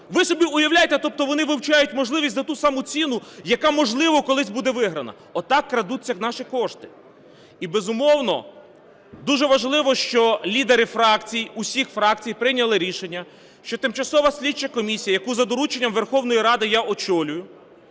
Ви собі уявляєте, тобто вони вивчають можливість за ту саму ціну, яка, можливо, колись буде виграна. Отак крадуться наші кошти. І, безумовно, дуже важливо, що лідери фракцій, усіх фракцій прийняли рішення, що тимчасова слідча комісія, яку за дорученням Верховної Ради я очолюю,